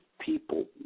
people